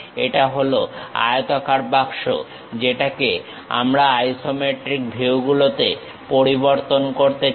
এটা হল আয়তাকার বাক্স যেটাকে আমরা আইসোমেট্রিক ভিউ গুলোতে পরিবর্তন করতে চাই